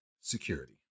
security